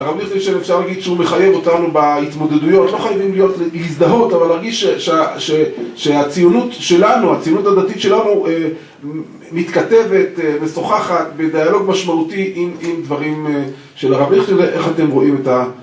הרב ליכטנשטיין אפשר להגיד שהוא מחייב אותנו בהתמודדויות, לא חייבים להזדהות, אבל להרגיש שהציונות שלנו, הציונות הדתית שלנו, מתכתבת, משוחחת, בדיאלוג משמעותי עם דברים של הרב ליכטנשטיין, איך אתם רואים את ה...